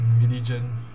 religion